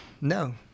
no